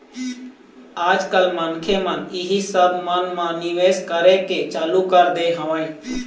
आज कल मनखे मन इही सब मन म निवेश करे के चालू कर दे हवय